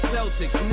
Celtics